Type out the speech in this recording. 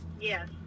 Yes